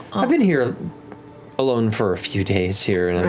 i've been here alone for a few days here and i'm